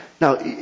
Now